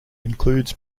includes